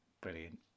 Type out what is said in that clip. Brilliant